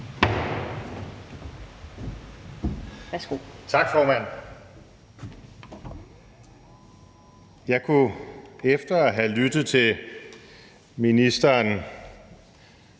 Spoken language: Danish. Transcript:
Tak, formand. Jeg kunne efter at have lyttet til ministeren,